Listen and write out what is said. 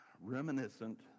reminiscent